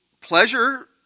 pleasure